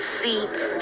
seats